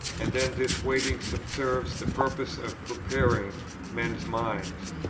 and then this waiting subserves the purpose of preparing men's minds.